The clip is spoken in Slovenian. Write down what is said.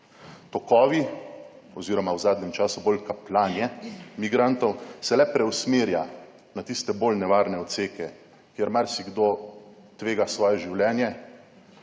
Tokovi oziroma v zadnjem času bolj kapljanje migrantov se le preusmerja na tiste bolj nevarne odseke, kjer marsikdo tvega svoje življenje,